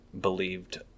believed